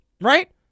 right